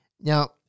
Now